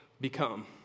become